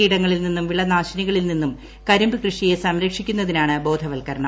കീടങ്ങളിൽ നിന്നും വിളനാശിനികളിൽ നിന്നും കരിമ്പൂ കൃഷ്ടിയെ സംരക്ഷിക്കുന്നതിനാണ് ബോധ്യമ്പ്ക്ർണം